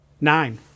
nine